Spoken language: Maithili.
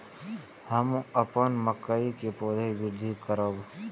हम अपन मकई के पौधा के वृद्धि करब?